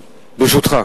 ברשותך.